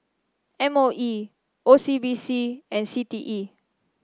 M O E O C B C and C T E